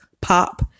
pop